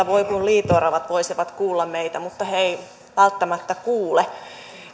voi kun liito oravat voisivat kuulla meitä mutta ne eivät välttämättä kuule